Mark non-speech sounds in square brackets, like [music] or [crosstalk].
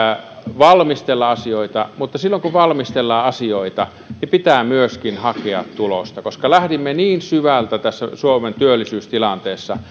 valmistella asioita mutta silloin kun valmistellaan asioita pitää myöskin hakea tulosta koska lähdimme niin syvältä tässä suomen työllisyystilanteessa [unintelligible]